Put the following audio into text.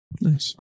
Nice